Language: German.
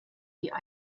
die